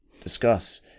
discuss